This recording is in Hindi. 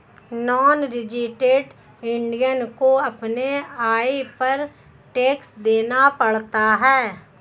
नॉन रेजिडेंट इंडियन को अपने आय पर टैक्स देना पड़ता है